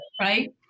right